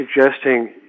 suggesting